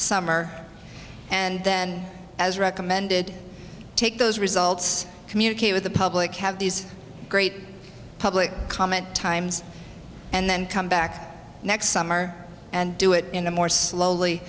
summer and then as recommended take those results communicate with the public have these great public comment times and then come back next summer and do it in a more slowly